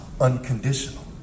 unconditional